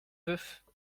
veuf